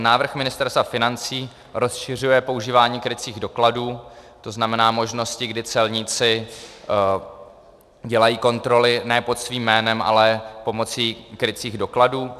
Návrh Ministerstva financí rozšiřuje používání krycích dokladů, to znamená možnosti, kdy celníci dělají kontroly ne pod svým jménem, ale pomocí krycích dokladů.